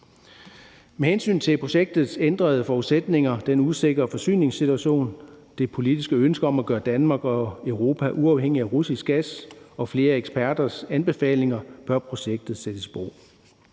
Under hensyntagen til projektets ændrede forudsætninger, den usikre forsyningssituation, det politiske ønske om at gøre Danmark og Europa uafhængig af russisk gas og flere eksperters anbefalinger bør projektet sættes i bero.